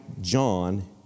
John